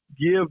give